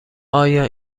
آیا